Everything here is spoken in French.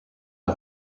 est